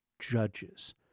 judges